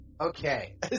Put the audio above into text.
Okay